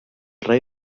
rei